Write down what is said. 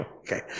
Okay